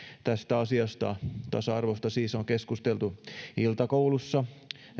tästä asiasta tasa arvosta siis on keskusteltu iltakoulussa